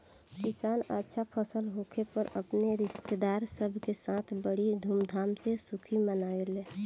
किसान अच्छा फसल होखे पर अपने रिस्तेदारन सब के साथ बड़ी धूमधाम से खुशी मनावेलन